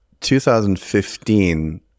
2015